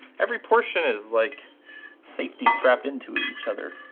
every portion is like safety strapped into each other.